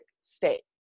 state